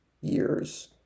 years